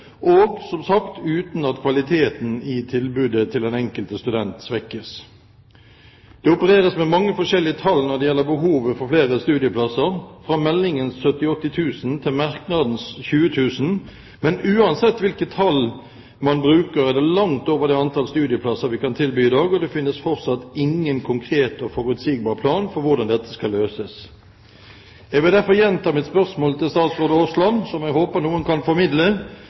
– som sagt – uten at kvaliteten i tilbudet til den enkelte student svekkes. Det opereres med mange forskjellige tall når det gjelder behovet for flere studieplasser, fra meldingens 70 000–80 000 til merknadenes 20 000, men uansett hvilket tall man bruker, er det langt over det antall studieplasser vi kan tilby i dag, og det finnes fortsatt ingen konkret og forutsigbar plan for hvordan dette skal løses. Jeg vil derfor gjenta mitt spørsmål til statsråd Aasland, som jeg håper noen kan formidle,